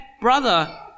brother